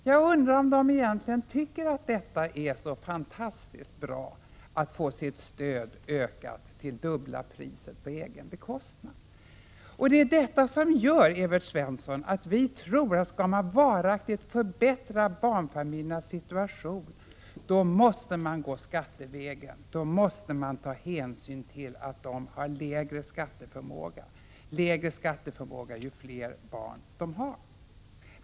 Jag undrar om den familjen egentligen tycker att det är så fantastiskt bra att få sitt stöd ökat på egen bekostnad och till dubbla priset. Det är detta, Evert Svensson, som gör att vi tror att om man varaktigt skall förbättra barnfamiljernas situation måste det ske skattevägen. Då måste man ta hänsyn till att de har lägre skatteförmåga, lägre ju fler barn de har.